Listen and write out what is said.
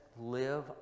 live